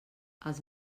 els